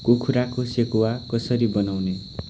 कुखुराको सेकुवा कसरी बनाउने